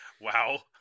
Wow